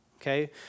Okay